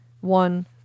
one